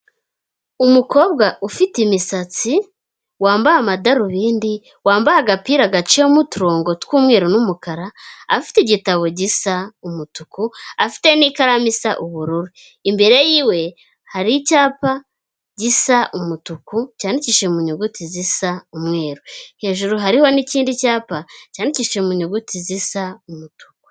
Umukobwa ufite imisatsi wambaye amadarubindi wambaye agapira gacimo turongo tw'umweru n'umukara afite igitabo gisa umutuku afite n'ikaramu isa ubururu, imbere yiwe hari icyapa gisa umutuku cyandikishije mu nyuguti zisa umweru hejuru hariho n'ikindi cyapa cyandikishije mu nyuguti zisa umutu.